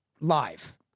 Live